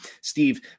Steve